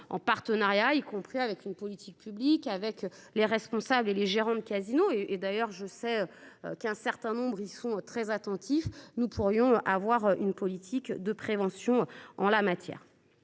en partenariat, y compris avec une politique publique avec les responsables et les gérants de casinos et d'ailleurs je sais. Qu'un certain nombre y sont très attentifs, nous pourrions avoir une politique de prévention en la matière.